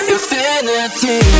Infinity